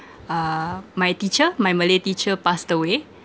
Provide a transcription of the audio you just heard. uh my teacher my malay teacher passed away